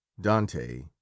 dante